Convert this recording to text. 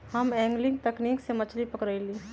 हम एंगलिंग तकनिक से मछरी पकरईली